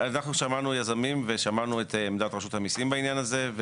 שמענו יזמים ושמענו את עמדת רשות המיסים בעניין הזה.